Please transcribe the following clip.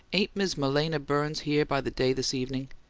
ain't miz malena burns here by the day this evenin'?